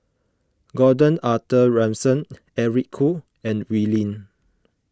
Gordon Arthur Ransome Eric Khoo and Wee Lin